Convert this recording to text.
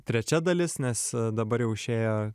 trečia dalis nes dabar jau išėjo